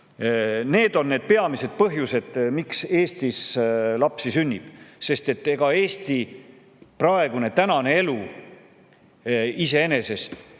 Need on need peamised põhjused, miks Eestis [vähe] lapsi sünnib, sest ega Eesti praegune elu iseenesest